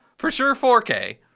for sure four k.